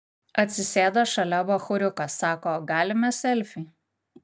atsisėdo šalia bachūriukas sako galime selfį